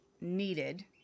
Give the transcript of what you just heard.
needed